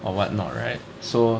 or what not right so